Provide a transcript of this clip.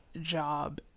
job